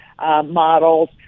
models